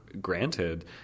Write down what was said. granted